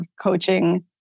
coaching